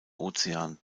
ozean